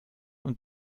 und